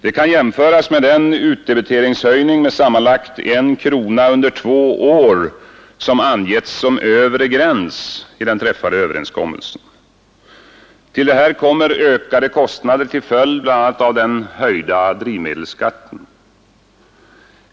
Det kan jämföras med den utdebiteringshöjning med sammanlagt 1 krona under två år som anges som övre gräns i den träffade överenskommelsen. Till detta kommer ökade kostnader till följd av bl.a. den höjda drivmedelsskatten.